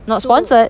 not sponsored